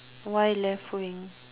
why left wing